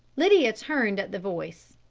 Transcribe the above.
lydia turned at the voice.